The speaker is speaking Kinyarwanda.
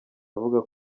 avuga